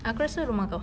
aku rasa rumah engkau